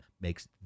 makes